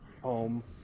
home